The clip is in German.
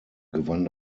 gewann